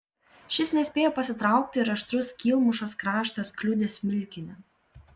šis nespėjo pasitraukti ir aštrus skylmušos kraštas kliudė smilkinį